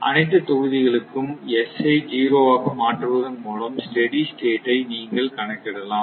அனைத்து தொகுதிகளுக்கும் S ஐ ஸிரோ ஆக மாற்றுவதன் மூலம் ஸ்டெடி ஸ்டேட் ஐ நீங்கள் கணக்கிடலாம்